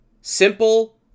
simple